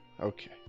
Okay